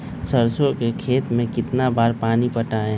सरसों के खेत मे कितना बार पानी पटाये?